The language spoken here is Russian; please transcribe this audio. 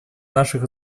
наших